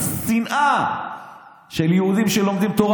על שנאה ליהודים שלומדים תורה.